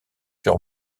sur